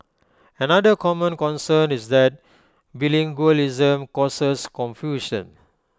another common concern is that bilingualism causes confusion